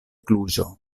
kluĵo